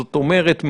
זאת אומרת,